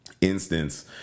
Instance